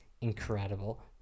incredible